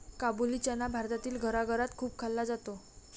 काबुली चना भारतातील घराघरात खूप खाल्ला जातो